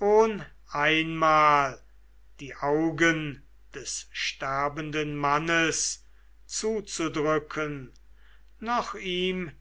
ohn einmal die augen des sterbenden mannes zuzudrücken noch ihm